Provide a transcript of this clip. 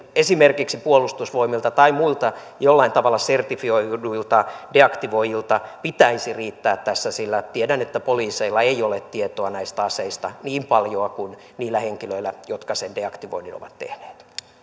esimerkiksi puolustusvoimilta tai muilta jollain tavalla sertifioiduilta deaktivoijilta pitäisi riittää tässä sillä tiedän että poliiseilla ei ole tietoa näistä aseista niin paljoa kuin niillä henkilöillä jotka sen deaktivoinnin ovat tehneet täällä